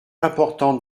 importante